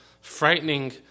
frightening